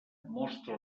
mostra